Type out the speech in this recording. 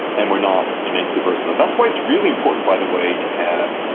and we're not immensely versatile. that's why it's really important, by the way, to have